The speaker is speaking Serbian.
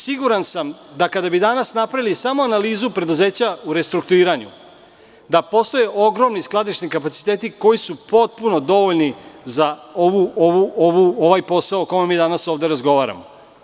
Siguran sam kada bi danas napravili samo analizu preduzeća u restrukturiranju, da postoje ogromni skladišni kapaciteti koji su potpuno dovoljni za ovaj posao o kojem mi danas ovde razgovaramo.